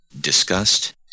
disgust